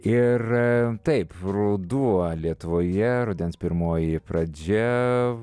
ir taip ruduo lietuvoje rudens pirmoji pradžia